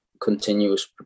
continuous